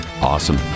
Awesome